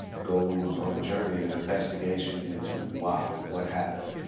goes on a journey and an investigation into why, what happened.